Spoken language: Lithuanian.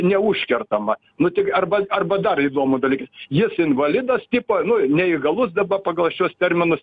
neužkertama nu tik arba arba dar įdomus dalykas jis invalidas tipo nu neįgalus daba pagal šiuos terminus